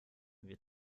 wir